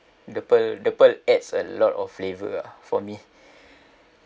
the pearl the pearl adds a lot of flavour ah for me